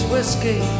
Whiskey